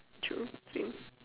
true same